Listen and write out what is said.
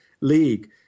League